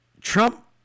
Trump